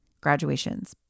graduations